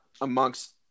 amongst